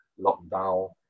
lockdown